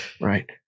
right